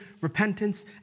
repentance